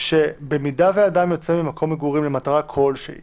שבמידה שאדם יוצא ממקום מגורים למטרה כלשהי